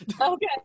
Okay